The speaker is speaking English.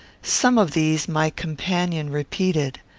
some of these my companion repeated.